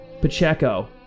Pacheco